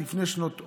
לפני שנות אור.